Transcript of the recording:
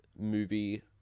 movie